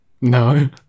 No